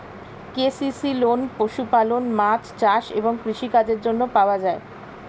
KCC loan পশুপালন, মাছ চাষ এবং কৃষি কাজের জন্য পাওয়া যায়